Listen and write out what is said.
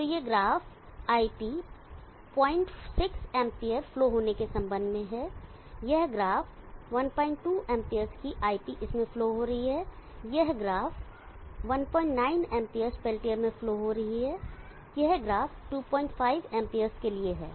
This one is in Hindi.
तो यह ग्राफ़ iP 06 Amps फ्लो होने के संबंध में है यह ग्राफ़ 12 Amps की iP इसमें फ्लो हो रही है यह ग्राफ़ 19 Amps पेल्टियर में फ्लो हो रही है यह ग्राफ़ 25 Amps के लिए है